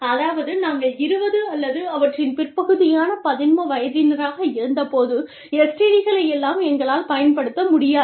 அதாவது நாங்கள் 20 அல்லது அவற்றின் பிற்பகுதியான பதின்ம வயதினராக இருந்தபோது STD களை எல்லாம் எங்களால் பயன்படுத்த முடியாது